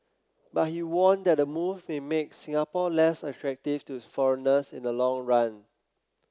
but he warned that the move may make Singapore less attractive to foreigners in the long run